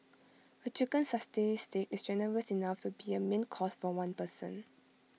A chicken satay Stick is generous enough to be A main course for one person